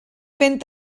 fent